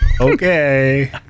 Okay